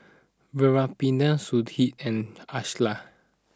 Veerapandiya Sudhir and Ashland